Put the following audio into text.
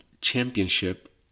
championship